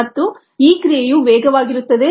ಮತ್ತು ಈ ಕ್ರಿಯೆಯು ವೇಗವಾಗಿರುತ್ತದೆ